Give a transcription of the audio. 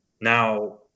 Now